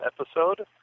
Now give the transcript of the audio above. episode